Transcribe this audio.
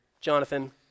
Jonathan